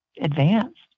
advanced